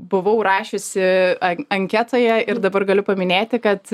buvau rašiusi an anketoje ir dabar galiu paminėti kad